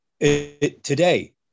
today